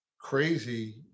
crazy